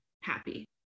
happy